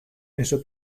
eso